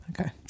Okay